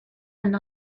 and